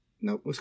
nope